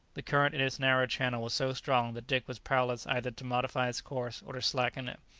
the current in its narrow channel was so strong that dick was powerless either to modify his course or to slacken it.